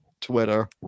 twitter